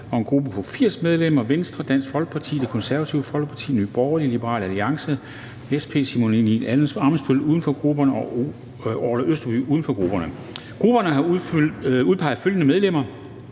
Og en gruppe på 80 medlemmer: Venstre, Dansk Folkeparti, Det Konservative Folkeparti, Nye Borgerlige, Liberal Alliance, Sambandsflokkurin, Simon Emil Ammitzbøll-Bille (UFG) og Orla Østerby (UFG). Grupperne har udpeget følgende medlemmer: